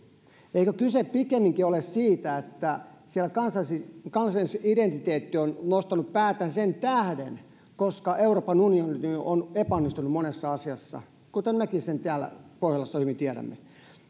eikö kyse pikemminkin ole siitä että siellä kansallisidentiteetti on nostanut päätään sen tähden että euroopan unioni on epäonnistunut monessa asiassa kuten mekin täällä pohjolassa hyvin tiedämme